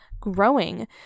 growing